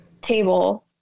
table